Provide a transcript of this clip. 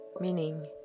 meaning